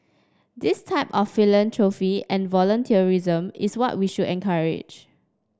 this type of philanthropy and volunteerism is what we should encourage